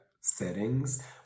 settings